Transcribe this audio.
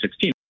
2016